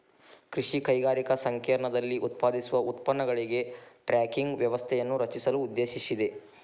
ಕೃಷಿ ಕೈಗಾರಿಕಾ ಸಂಕೇರ್ಣದಲ್ಲಿ ಉತ್ಪಾದಿಸುವ ಉತ್ಪನ್ನಗಳಿಗೆ ಟ್ರ್ಯಾಕಿಂಗ್ ವ್ಯವಸ್ಥೆಯನ್ನು ರಚಿಸಲು ಉದ್ದೇಶಿಸಿದೆ